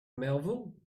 melville